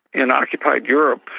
in occupied europe,